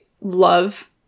love